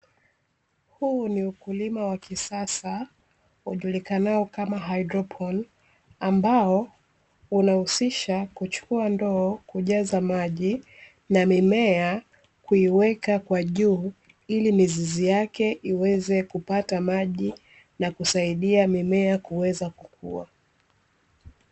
Huu ni ukulima wa kisasa ujulikanao kama hydroponi, ambao unahusisha kuchukua ndoo kujaza maji na mimea kuiweka kwa juu ili mizizi yake iweze kupata maji na kusaidia mimea kuweza kukua.